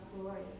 glory